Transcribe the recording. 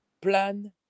plan